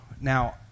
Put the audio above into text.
Now